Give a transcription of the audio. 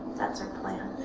that's our plan.